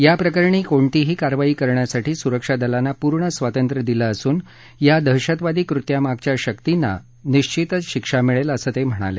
याप्रकरणी कोणतीही कारवाई करण्यासाठी सुरक्षा दलांना पूर्ण स्वातंत्र्य दिलं असून या दहशतवादी कृत्यामागच्या शक्तींना निश्वितच शिक्षा मिळेल असं ते म्हणाले